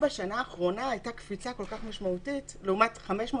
בשנה האחרונה הייתה קפיצה כל כך משמעותית לעומת 500